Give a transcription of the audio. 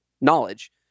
knowledge